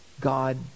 God